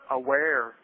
aware